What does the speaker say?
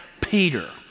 Peter